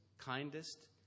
kindest